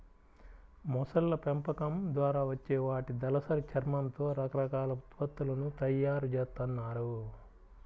మొసళ్ళ పెంపకం ద్వారా వచ్చే వాటి దళసరి చర్మంతో రకరకాల ఉత్పత్తులను తయ్యారు జేత్తన్నారు